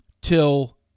till